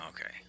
Okay